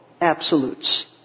absolutes